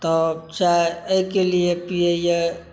तऽ चाय एहिके लिये पियै यऽ